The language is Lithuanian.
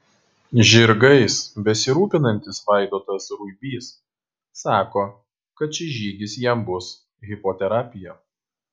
žirgais besirūpinantis vaidotas ruibys sako kad šis žygis jam bus hipoterapija